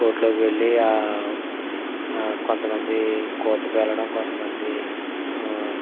కోర్టులోకి వెళ్ళి కొంత మంది కూతకు వెళ్ళడం కొంత మంది